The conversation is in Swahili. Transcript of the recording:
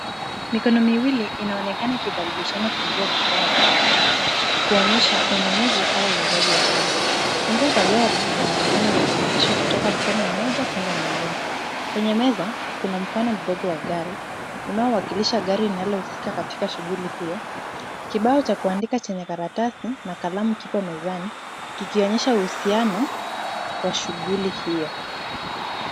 Mikono miwili inaonekana ikibadilishana fungua za gari, kuonyesha ununuzi au uuzaji wa gari. Funguo za gari zinaonekana zikipitiishwa kutoka mkono mmoja kwenda mwingine. Kwenye meza kuna mfano mdogo wa gari unaowakilisha gari linayohusika katika shughuli hiyo. Kibao cha kuandika chenye karatasi na kalamu kiko mezani, kikionyesha uhusiano wa shughuli hiyo.